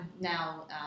now